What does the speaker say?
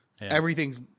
Everything's